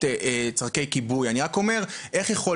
כיבוי אש,